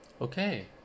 Okay